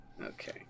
Okay